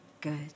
good